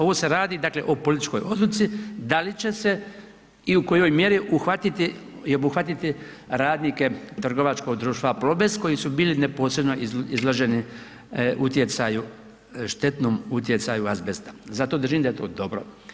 Ovo se radi dakle o političkoj odluci da li će se i u kojoj mjeri uhvatiti i obuhvatiti radnike trgovačkog društva Plobest koji su bili neposredno izloženi utjecaju, štetnom utjecaju azbesta, zato držim da je to dobro.